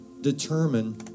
determine